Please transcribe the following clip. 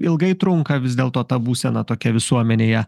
ilgai trunka vis dėlto ta būsena tokia visuomenėje